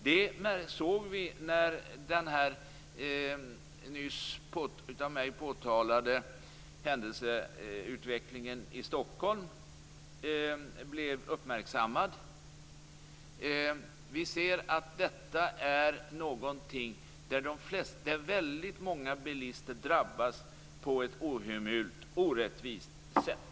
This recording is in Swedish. Det såg vi när den av mig nyss påtalade händelseutvecklingen i Stockholm blev uppmärksammad. Vi ser att detta är fråga om någonting som gör att väldigt många bilister drabbas på ett ohemult, orättvist sätt.